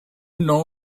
know